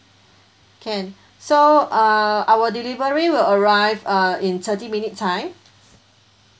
can so uh our delivery will arrive uh in thirty minute time